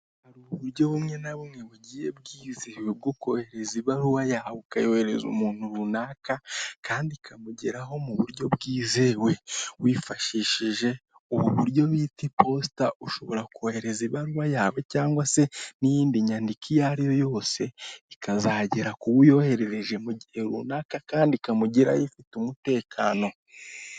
Hari uburyo bumwe na bumwe bugiye bwizewe bwo kohereza ibaruwa yawe ukayohererereza umuntu runaka kandi ikamugeraho mu buryo bwizewe, wifashishije ubu buryo bita i posita ushobora kohereza ibaruwa yawe cyangwa se n'iyindi nyandiko iyo ari yo yose ikazagera kuwo woherereje mu gihe runaka kandi ikamugeraho ifite umutekano.